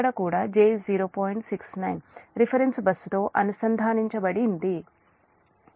69 reference బస్సుతో అనుసంధానించబడింది